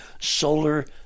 solar